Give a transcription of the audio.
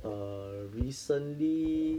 err recently